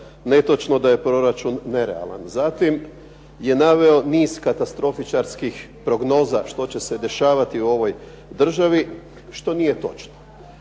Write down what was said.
netočno da je proračun nerealan. Zatim je naveo niz katastrofičarskih prognoza što će se dešavati u ovoj državi, što nije točno.